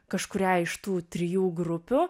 kažkurią iš tų trijų grupių